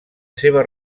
seva